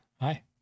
Hi